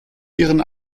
ihren